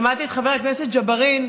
שמעתי את חבר הכנסת ג'בארין,